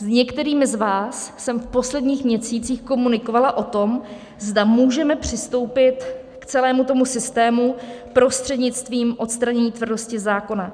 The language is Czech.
S některými z vás jsem v posledních měsících komunikovala o tom, zda můžeme přistoupit k celému tomu systému prostřednictvím odstranění tvrdosti zákona.